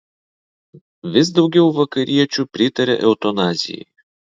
vis daugiau vakariečių pritaria eutanazijai